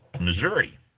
Missouri